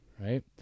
Right